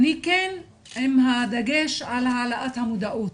אני כן עם הדגש על העלאת המודעות.